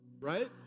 right